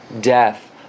death